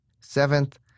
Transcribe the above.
seventh